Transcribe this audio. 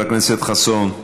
חבר הכנסת חסון, חבר הכנסת חסון?